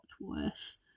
worse